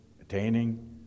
attaining